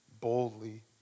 boldly